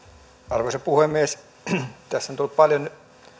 arvoisa puhemies tässä on tullut paljon